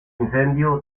incendio